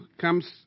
comes